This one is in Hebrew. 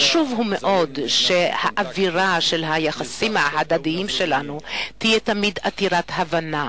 חשוב מאוד שהאווירה של היחסים ההדדיים שלנו תהיה תמיד עתירת הבנה,